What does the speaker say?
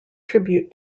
tribute